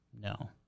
No